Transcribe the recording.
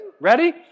Ready